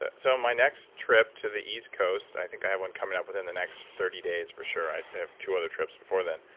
ah so my next trip to the east coast, i think have one coming up within the next thirty days for sure. i have two other trips before then.